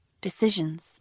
decisions